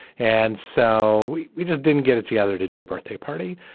and so we we just didn't get it together to do a birthday party.